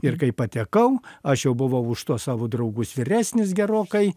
ir kai patekau aš jau buvo už tuos savo draugus vyresnis gerokai